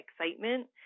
excitement